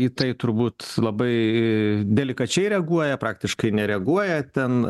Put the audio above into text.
į tai turbūt labai delikačiai reaguoja praktiškai nereaguoja ten